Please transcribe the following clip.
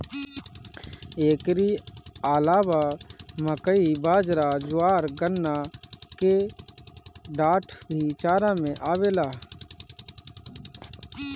एकरी अलावा मकई, बजरा, ज्वार, गन्ना के डाठ भी चारा में आवेला